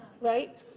right